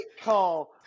call